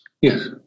yes